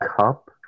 cup